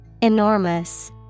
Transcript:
Enormous